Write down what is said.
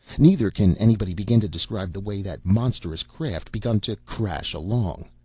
neither can anybody begin to describe the way that monstrous craft begun to crash along.